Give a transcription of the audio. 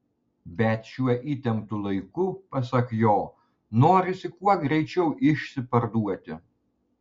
bet šiuo įtemptu laiku pasak jo norisi kuo greičiau išsiparduoti